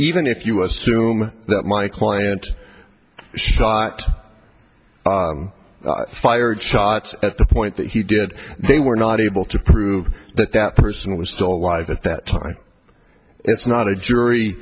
even if you assume that my client shot fired shots at the point that he did they were not able to prove that that person was still alive at that time it's not a jury